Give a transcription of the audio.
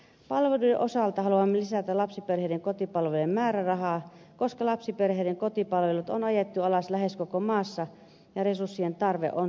palveluiden osalta haluamme lisätä lapsiperheiden kotipalvelujen määrärahaa koska lapsiperheiden kotipalvelut on ajettu alas lähes koko maassa ja resurssien tarve on suuri